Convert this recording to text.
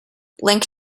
link